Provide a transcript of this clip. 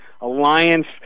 alliance